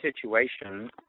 situation